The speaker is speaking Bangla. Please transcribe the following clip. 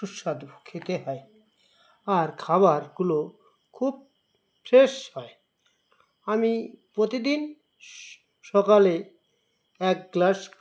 সুস্বাদু খেতে হয় আর খাবারগুলো খুব ফ্রেশ হয় আমি প্রতিদিন সকালে এক গ্লাস